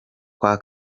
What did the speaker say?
kwa